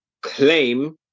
claim